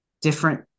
different